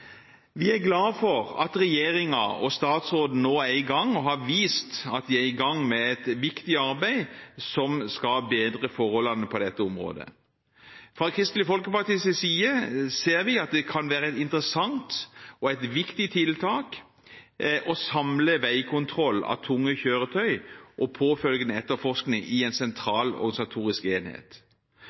Vi er glad for at regjeringen og statsråden nå har vist at de er i gang med et viktig arbeid som skal bedre forholdene på dette området. Fra Kristelig Folkepartis side ser vi at det kan være et interessant og viktig tiltak å samle veikontroll av tunge kjøretøy og påfølgende etterforskning i en sentral organisatorisk enhet.